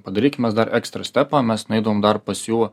padarykim mes dar ekstra stepą mes nueidavom dar pas jų